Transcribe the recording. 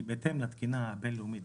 זה בהתאם לתקינה הבין לאומית,